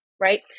Right